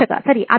ಸಂದರ್ಶಕಸರಿ